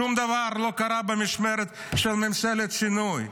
שום דבר לא קרה במשמרת של ממשלת השינוי,